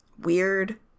weird